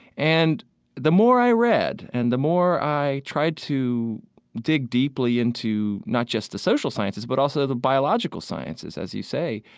and the more i read and the more i tried to dig deeply into not just the social sciences but also the biological sciences, as you say,